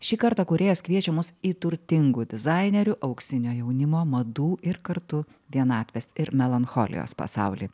šį kartą kūrėjas kviečia mus į turtingų dizainerių auksinio jaunimo madų ir kartu vienatvės ir melancholijos pasaulį